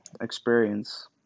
experience